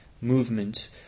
movement